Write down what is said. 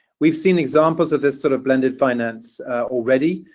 we've seen examples of this sort of blended finance already,